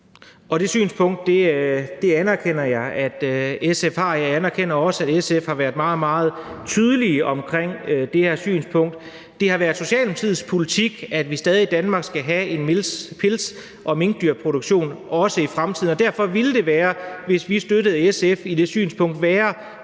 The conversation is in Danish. og jeg anerkender også, at SF har været meget, meget tydelige omkring det her synspunkt. Det har været Socialdemokratiets politik, at vi i Danmark stadig skal have en pels- og minkdyrproduktion, også i fremtiden, og derfor ville det, hvis vi støttede SF i det synspunkt, være